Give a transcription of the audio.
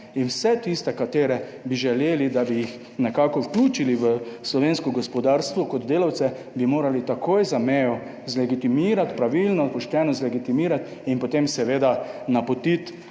in vse tiste, katere bi želeli, da bi jih nekako vključili v slovensko gospodarstvo kot delavce, bi morali takoj za mejo zlegitimirati, pravilno pošteno zlegitimirati in potem seveda napotiti